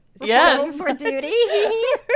yes